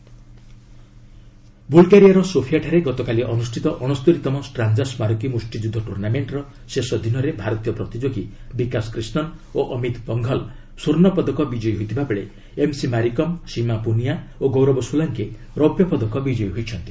boxing gold ବୁଲ୍ଗେରିଆର ସୋଫିଆଠାରେ ଗତକାଲି ଅନୁଷ୍ଠିତ ଅଣସ୍ତରିତମ ଷ୍ଟାଞ୍ଜା ସ୍ୱାରକୀ ମ୍ମଷ୍ଟି ଯୁଦ୍ଧ ଟ୍ରର୍ଣ୍ଣାମେଣ୍ଟ୍ର ଶେଷ ଦିନରେ ଭାରତୀୟ ପ୍ରତିଯୋଗୀ ବିକାଶ କ୍ରିଷ୍ଣନ୍ ଓ ଅମିତ ପଙ୍ଘଲ୍ ସ୍ୱର୍ଣ୍ଣ ପଦକ ବିକୟୀ ହୋଇଥିବାବେଳେ ଏମ୍ସି ମାରିକମ୍ ସିମା ପୁନିଆ ଓ ଗୌରବ ସୋଲାଙ୍କି ରୌପ୍ୟ ପଦକ ବିଜୟୀ ହୋଇଛନ୍ତି